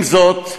עם זאת,